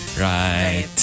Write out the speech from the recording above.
Right